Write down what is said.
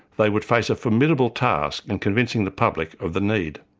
they would face a formidable task in convincing the public of the need.